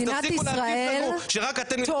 אז תפסיקו להגיד לנו שרק אתם.